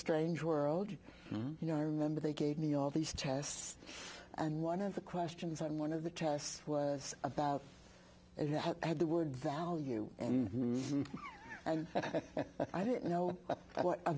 strange world you know i remember they gave me all these tests and one of the questions on one of the tests was about it had had the word value and i didn't know what a